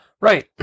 Right